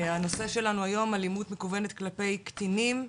הנושא שלנו היום, אלימות מקוונת כלפי קטינים,